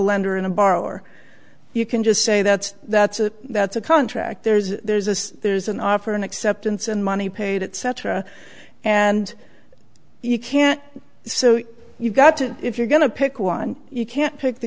lender and a borrower you can just say that's that's a that's a contract there's there's as there's an offer an acceptance in money paid at cetera and you can't so you've got to if you're going to pick one you can't pick the